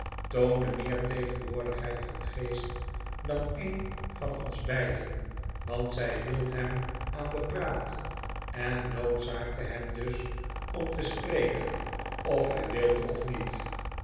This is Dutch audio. toonde meer tegenwoordigheid van geest dan een van ons beiden want zij hield hem aan den praat en noodzaakte hem dus om te spreken of hij wilde of niet